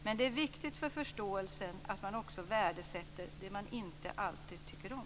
Men det är viktigt för förståelsen att man också värdesätter det man inte alltid tycker om.